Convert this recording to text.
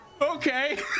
Okay